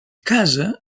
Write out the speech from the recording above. casa